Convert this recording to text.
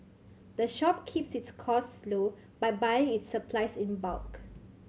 the shop keeps its costs low by buying its supplies in bulk